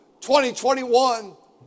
2021